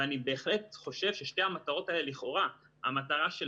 ואני בהחלט חושב ששתי המטרות האלה לכאורה המטרה של